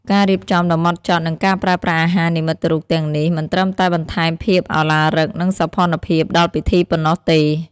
ការរៀបចំដ៏ហ្មត់ចត់ និងការប្រើប្រាស់អាហារនិមិត្តរូបទាំងនេះ មិនត្រឹមតែបន្ថែមភាពឧឡារិក និងសោភ័ណភាពដល់ពិធីប៉ុណ្ណោះទេ។